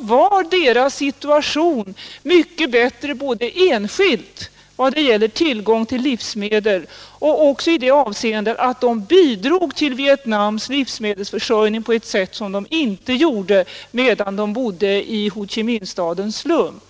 var deras situation mycket bättre både enskilt vad det gällde tillgång till livsmedel och i det avseendet att de bidrog till livsmedelsförsörjningen på ett sätt som de inte gjorde medan de bodde i Ho Chi Minh-stadens slum.